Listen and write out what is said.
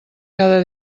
cada